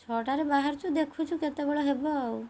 ଛଅଟାରେ ବାହାରୁଛୁ ଦେଖୁଛୁ କେତେବେଳ ହେବ ଆଉ